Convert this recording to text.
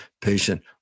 patient